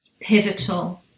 pivotal